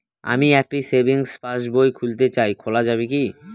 আমি একটি savings passbook খুলতে চাই খোলা যাবে কি?